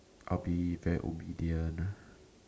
I'll be very obedient ah